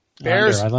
Bears